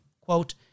quote